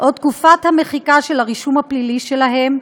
או תקופת המחיקה של הרישום הפלילי שלהם,